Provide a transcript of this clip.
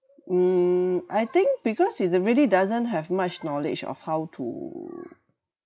mm I think because he's a really doesn't have much knowledge of how to